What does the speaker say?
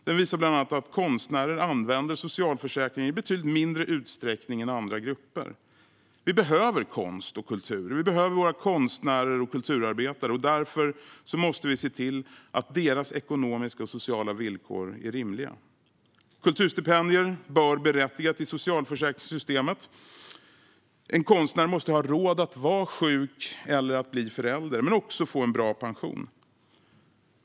Den visar bland annat att konstnärer använder socialförsäkringar i betydligt mindre utsträckning än andra grupper. Vi behöver konst och kultur, och vi behöver våra konstnärer och kulturarbetare. Därför måste vi se till att deras ekonomiska och sociala villkor är rimliga. Kulturstipendier bör berättiga till socialförsäkringssystemet. En konstnär måste ha råd att vara sjuk eller att bli förälder men också få en bra pension.